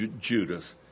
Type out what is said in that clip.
Judas